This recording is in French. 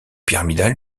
pyramidal